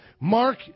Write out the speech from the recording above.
Mark